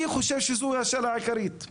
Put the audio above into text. אני חושב שזו השאלה העיקרית.